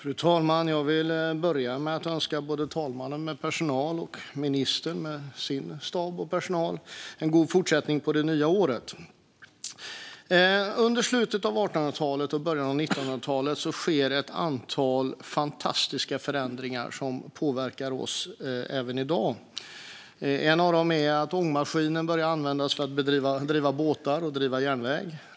Fru talman! Jag vill börja med att önska både talmannen med personal och ministern med sin stab och personal en god fortsättning på det nya året. Under slutet av 1800-talet och början av 1900-talet sker ett antal fantastiska förändringar som påverkar oss även i dag. En av dem är att ångmaskinen börjar användas för att driva båtar och järnväg.